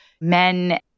men